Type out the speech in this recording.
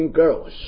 girls